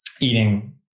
eating